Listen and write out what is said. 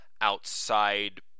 outside